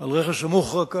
על רכס המוחרקה,